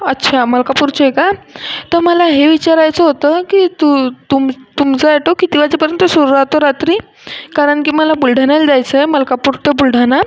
अच्छा मलकापूरचे आहे का तर मला हे विचारायचं होतं की तु तुम् तुमचा अॅटो किती वाजेपर्यंत सुरू राहतो रात्री कारण की मला बुलढाण्याला जायचंय मलकापूर ते बुलढाणा